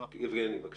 יבגני, בבקשה.